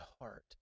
heart